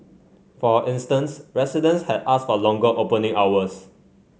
for instance residents had asked for longer opening hours